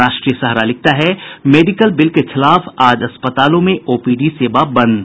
राष्ट्रीय सहारा लिखता है मेडिकल बिल के खिलाफ आज अस्पतालों में ओपीडी सेवा बंद